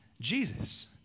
Jesus